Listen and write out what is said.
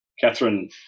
Catherine